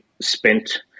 spent